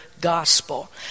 gospel